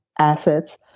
assets